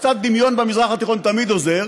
קצת דמיון במזרח התיכון תמיד עוזר,